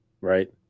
right